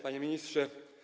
Panie Ministrze!